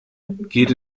geht